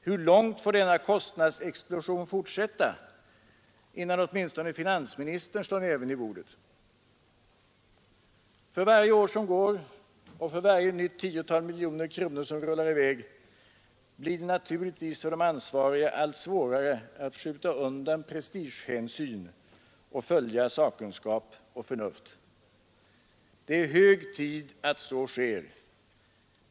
Hur långt får denna kostnadsexplosion fortsätta, innan åtminstone finansministern slår näven i bordet? För varje år som går och för varje nytt tiotal miljoner kronor som rullar i väg blir det naturligtvis för de ansvariga allt svårare att skjuta undan prestigehänsyn och följa sakkunskap och förnuft. Det är hög tid att så sker.